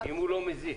אם הוא לא מזיק.